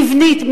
מבנית,